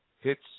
hits